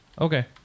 okay